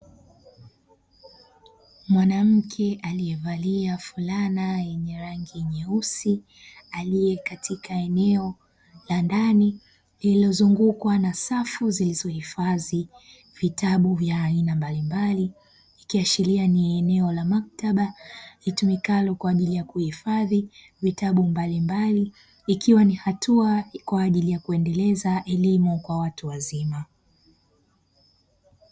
Mwanamke aliyevalia fulana yenye rangi nyeusi aliyekatika eneola ndani lililozungukwa na safu zilizohifadhi vitabu vya aina mbalimbali ikiashiria ni eneo la maktaba litumikalo kwa ajili ya kuhifadhi vitabu mbalimbali ikiwa ni hatua kwa ajili ya kuendeleza elimu kwa watu wazima.